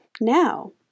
now